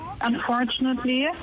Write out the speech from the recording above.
unfortunately